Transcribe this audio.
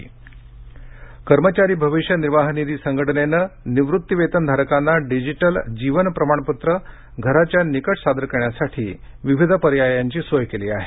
जीवन प्रमाणपत्र कर्मचारी भविष्य निर्वाह निधी संघटनेनं निवृत्तिवेतन धारकांना डिजीटल जीवन प्रमाणपत्र घराच्या निकट सादर करण्यासाठी विविध पर्यायांची सोय केली आहे